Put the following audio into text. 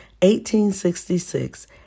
1866